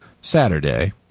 Saturday